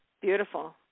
Beautiful